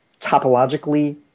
topologically